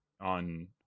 on